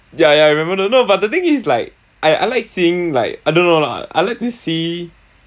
ya ya I remember no no but the thing is like I I like seeing like I don't know I like to see